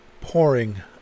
pouring